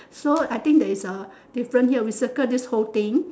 so I think there is a different here we circle this whole thing